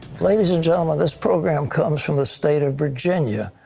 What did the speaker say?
ladies and gentlemen, this program comes from the state of virginia.